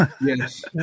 Yes